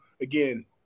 Again